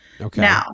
Okay